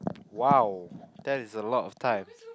!wow! that is a lot of time